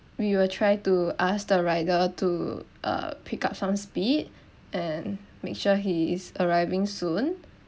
we will try to ask the rider to uh pick up some speed and make sure he is arriving soon